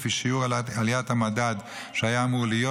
לפי שיעור עליית המדד שהיה אמור להיות.